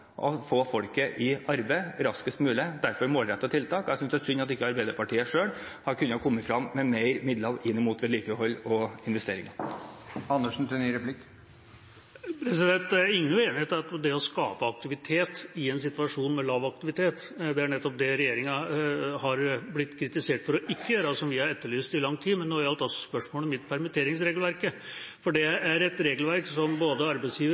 å få folk i arbeid raskest mulig – derfor målrettede tiltak. Jeg synes det er synd at ikke Arbeiderpartiet selv har kunnet komme med flere midler inn mot vedlikehold og investeringer. Det er ingen uenighet om det å skape aktivitet i en situasjon med lav aktivitet. Det er nettopp det regjeringa har blitt kritisert for ikke å gjøre, og som vi har etterlyst i lang tid. Men nå gjaldt altså spørsmålet mitt permitteringsregelverket. Både arbeidsgiver-